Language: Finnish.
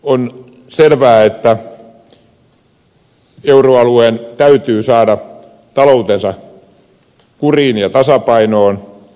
on selvää että euroalueen täytyy saada taloutensa kuriin ja tasapainoon